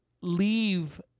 leave